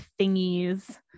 thingies